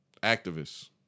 Activists